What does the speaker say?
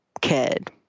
kid